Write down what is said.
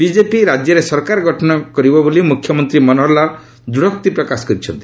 BJP ରାଜ୍ୟରେ ସରକାର ଗଠନ କରିବ ବୋଲି ମୁଖ୍ୟମନ୍ତ୍ରୀ ମନୋହରଲାଲ୍ ଦୃଢୋକ୍ତି ପ୍ରକାଶ କରିଛନ୍ତି